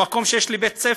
במקום שיש בית ספר,